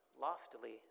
Loftily